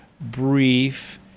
brief